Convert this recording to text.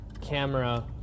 camera